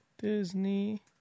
Disney